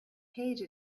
page